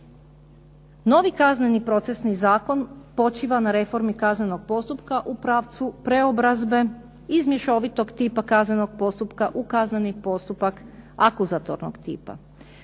Novi kazneni procesni zakon počiva na reformi kaznenog postupka u pravcu preobrazbe iz mješovitog tipa kaznenog postupka u kazneni postupak akuzatornog tipa.